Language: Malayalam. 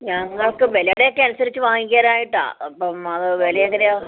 ഞങ്ങൾക്ക് വിലയുടെ ഒക്കെ അനുസരിച്ച് വാങ്ങിക്കാൻ ആയിട്ടാ അപ്പോൾ അത് വില എങ്ങനെയാണ്